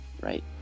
right